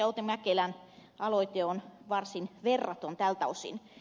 outi mäkelän aloite on varsin verraton tältä osin